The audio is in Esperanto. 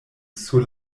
sur